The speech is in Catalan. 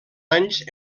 anys